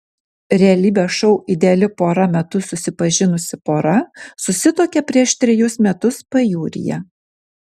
realybės šou ideali pora metu susipažinusi pora susituokė prieš trejus metus pajūryje